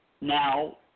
Now